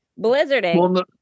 blizzarding